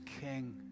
King